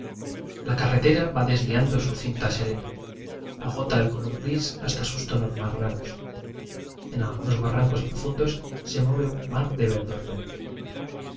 la ca rretera va desliando su cinta serena agota el color gris hasta sus tonos más raros en algunos barrancos profundos se mueve un mar de verdor fuerte